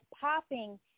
popping